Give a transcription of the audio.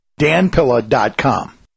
danpilla.com